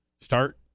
start